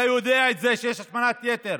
אתה יודע את זה שיש השמנת יתר,